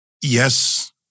Yes